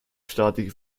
staatliche